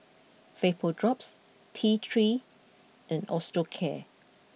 VapoDrops T three and Osteocare